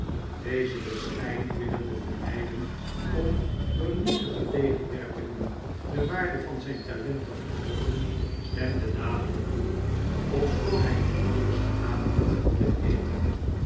deze den schijn willende vermijden om door nietige tegenwerpingen de waarde van zijn talent te verhoogen stemde dadelijk toe ofschoon hij nog nauwelijks gedaan had met eten